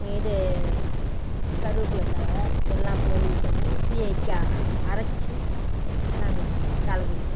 இது கருவேப்பில தழை எல்லாம் போயி பண்ணி சீயக்காய் அரைச்சி நாங்கள் தலை குளிப்போம்